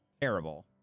terrible